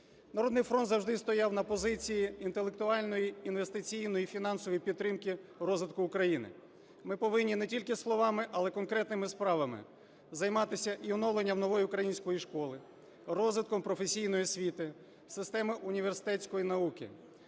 "Народний фронт" завжди стояв на позиції інтелектуальної, інвестиційної і фінансової підтримки розвитку України. Ми повинні не тільки словами, але конкретними справами займатися і оновленням нової української школи, розвитком професійної освіти, системи університетської науки.